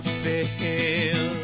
fail